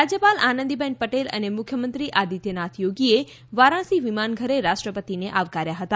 રાજ્યપાલ આનંદીબેન પટેલ અને મુખ્યમંત્રી આદિત્યનાથ યોગીએ વારાણસી વિમાન ઘરે રાષ્ટ્રપતિને આવકાર્યા હતા